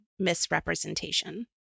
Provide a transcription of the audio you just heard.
misrepresentation